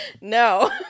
No